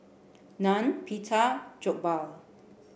Naan Pita Jokbal